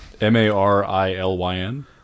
M-A-R-I-L-Y-N